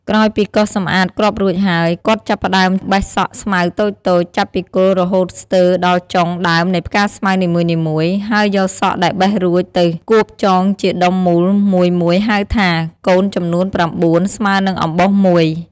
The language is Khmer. ក្រោយពីកោសសម្អាតគ្រាប់រួចហើយ គាត់ចាប់ផ្តើមបេះសក់ស្មៅតូចៗចាប់ពីគល់រហូតស្ទើដល់ចុងដើមនៃផ្កាស្មៅនីមួយៗ ហើយយកសក់ដែលបេះរួចទៅផ្គួបចងជាដុំមូលមួយៗហៅថា កូនចំនួន៩ ស្មើនឹងអំបោសមួយ។